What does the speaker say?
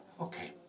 Okay